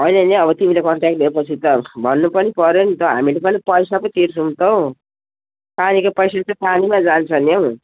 होइन नि अब तिमीले कन्ट्याक्ट लिएपछि त भन्नु पनि पर्यो नि त हामीले पनि पैसा पो तिर्छौँ त हौ पानीको पैसा चाहिँ पानीमै जान्छ नि हौ